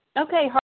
Okay